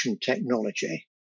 technology